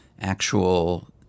actual